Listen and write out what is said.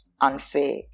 unfair